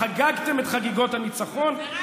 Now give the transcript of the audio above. חגגתם את חגיגות הניצחון,